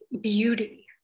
beauty